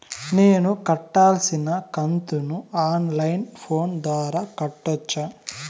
నేను కట్టాల్సిన కంతును ఆన్ లైను ఫోను ద్వారా కట్టొచ్చా?